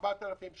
4,000,